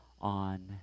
on